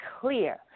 clear